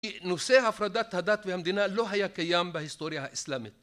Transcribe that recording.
נושא הפרדת הדת והמדינה לא היה קיים בהיסטוריה האסלאמית.